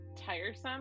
tiresome